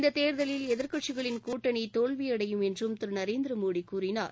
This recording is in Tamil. இந்த தேர்தலில் எதிர்க்கட்சிகளின் கூட்டணி தோல்வியடையும் என்றும் திரு நரேந்திர மோடி கூறினார்